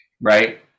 right